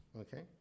Okay